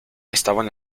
estaban